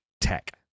tech